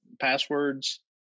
passwords